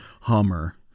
Hummer